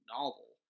novel